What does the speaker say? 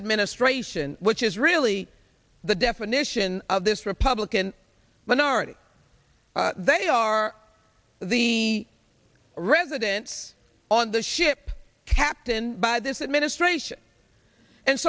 administration which is really the definition of this republican minority they are the residents on the ship captain by this it minute gratian and